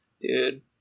Dude